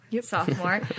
sophomore